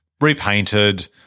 repainted